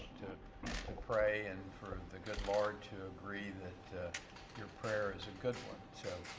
to pray and for the good lord to agree that your prayer good one. so